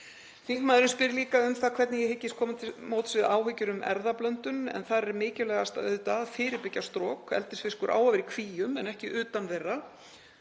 Þingmaðurinn spyr líka um það hvernig ég hyggist koma til móts við áhyggjur af erfðablöndun. Þar er mikilvægast auðvitað að fyrirbyggja strok. Eldisfiskur á að vera í kvíum en ekki utan þeirra.